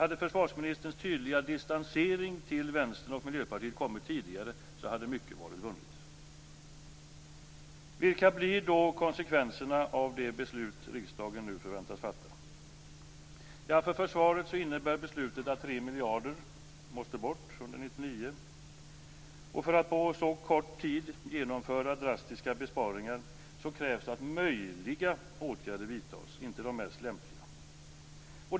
Hade försvarsministerns tydliga distansering till Vänsterpartiet och Miljöpartiet kommit tidigare så hade mycket varit vunnet. Vilka blir då konsekvenserna av det beslut riksdagen nu förväntas fatta? Ja, för försvaret innebär beslutet att 3 miljarder måste bort under 1999. För att på så kort tid genomföra drastiska besparingar krävs att möjliga åtgärder vidtas, inte de mest lämpliga.